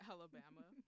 Alabama